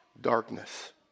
darkness